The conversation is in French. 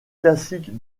classique